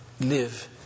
live